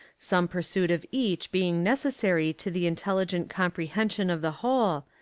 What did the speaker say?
some pursuit of each being necessary to the intelli gent comprehension of the whole,